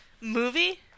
Movie